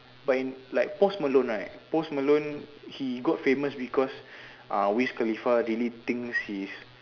but in like post Malone right post Malone he got famous because uh Wiz Khalifa really think his